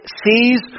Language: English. sees